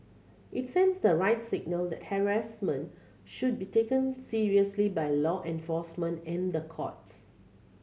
it sends the right signal that harassment should be taken seriously by law enforcement and the courts